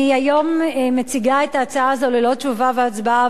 אני היום מציגה את ההצעה הזאת ללא תשובה והצבעה,